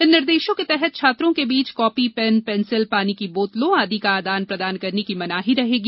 इन निर्देशों के तहत छात्रों के बीच कॉपी पेन पेंसिलें पानी की बोतलों आदि का आदान प्रदान करने की मनाही रहेगी